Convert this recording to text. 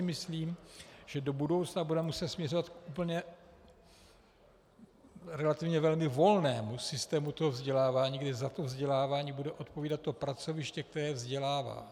Myslím si, že do budoucna bude muset směřovat k úplně... relativně velmi volnému systému vzdělávání, kdy za vzdělávání bude odpovídat pracoviště, které vzdělává.